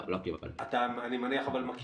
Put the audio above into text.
לא, לא קיבלתי.